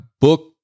book